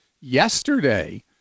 yesterday